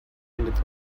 handed